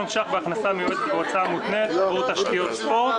ש"ח בהכנסה מיועדת והוצאה מותנית עבור תשתיות ספורט,